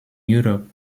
europe